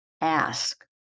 ask